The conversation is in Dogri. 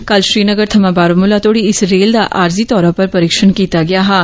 कल श्रीनगर थमां बारामूला तोड़ी इस रेल दा आरजी तौरा पर परीक्षण कीता गेआ हा